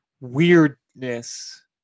weirdness